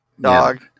dog